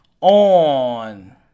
On